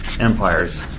empires